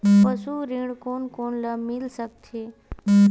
पशु ऋण कोन कोन ल मिल सकथे?